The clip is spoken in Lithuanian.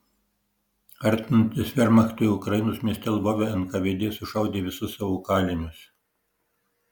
artinantis vermachtui ukrainos mieste lvove nkvd sušaudė visus savo kalinius